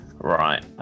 Right